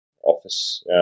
Office